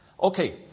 Okay